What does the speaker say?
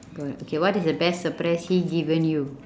gold okay what is the best surprise he given you